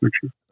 picture